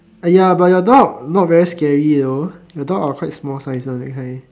ya but your dog not very scary though your dog are quite small sizes that kind